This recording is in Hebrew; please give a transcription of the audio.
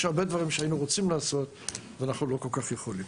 יש הרבה דברים שהיינו רוצים לעשות ואנחנו לא כל-כך יכולים.